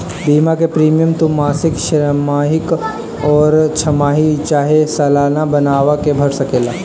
बीमा के प्रीमियम तू मासिक, त्रैमासिक, छमाही चाहे सलाना बनवा के भर सकेला